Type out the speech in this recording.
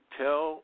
tell